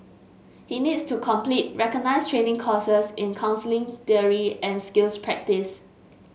he needs to complete recognised training courses in counselling theory and skills practice